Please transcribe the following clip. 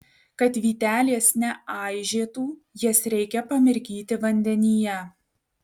kad vytelės neaižėtų jas reikia pamirkyti vandenyje